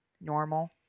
normal